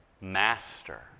Master